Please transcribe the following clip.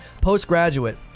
Postgraduate